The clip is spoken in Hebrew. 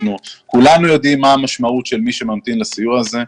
כולנו יודעים מה המשמעות של מי שממתין לסיוע הזה.